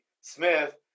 Smith